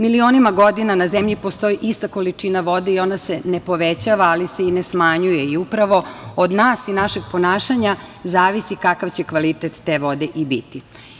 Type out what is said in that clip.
Milionima godina na zemlji postoji ista količina vode i ona se ne povećava, ali se i ne smanjuje i upravo od nas i našeg ponašanja zavisi kakav će kvalitet te vode i biti.